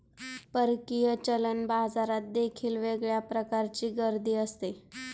परकीय चलन बाजारात देखील वेगळ्या प्रकारची गर्दी असते